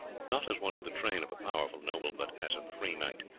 not as one of the train of a powerful noble, but as a free knight.